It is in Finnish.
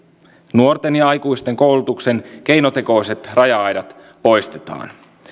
nuorten ja aikuisten koulutuksen keinotekoiset raja aidat poistetaan